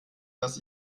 dass